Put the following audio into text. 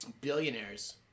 Billionaires